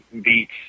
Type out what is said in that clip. beats